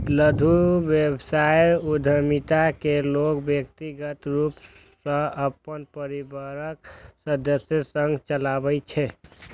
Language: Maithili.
लघु व्यवसाय उद्यमिता कें लोग व्यक्तिगत रूप सं अपन परिवारक सदस्य संग चलबै छै